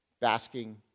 basking